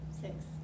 Six